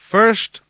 First